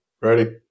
Ready